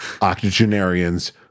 octogenarians